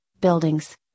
buildings